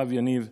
הרב יניב.